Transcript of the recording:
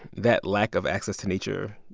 that lack of access to nature,